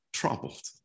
troubled